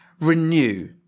renew